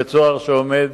ובית-הסוהר עומד